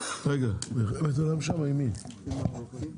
3% מההוצאה של משק בית בישראל היא על פירות